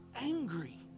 angry